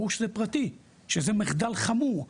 ברור שזה פרטי וזה מחדל חמור.